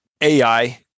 AI